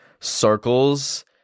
circles